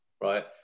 right